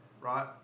right